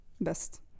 best